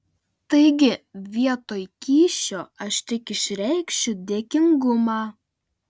taigi vietoj kyšio aš tik išreikšiu dėkingumą